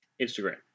Instagram